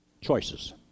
choices